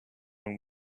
own